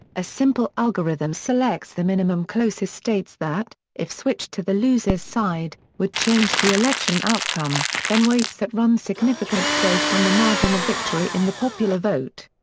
a simple algorithm selects the minimum closest states that, if switched to the loser's side, would change the election outcome, then weights that run's significance based on the margin of victory in the popular vote.